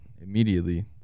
immediately